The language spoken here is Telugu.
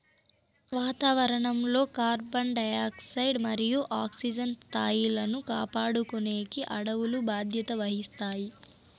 వాతావరణం లో కార్బన్ డయాక్సైడ్ మరియు ఆక్సిజన్ స్థాయిలను కాపాడుకునేకి అడవులు బాధ్యత వహిస్తాయి